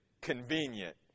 convenient